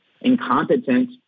incompetent